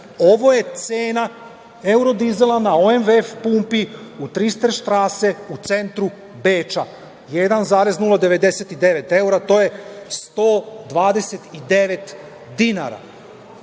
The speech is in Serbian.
Ovo je cena evrodizela na OMV pumpi u „Tristerštrase“ u centru Beča, 1,099 evra, to je 129 dinara. Ja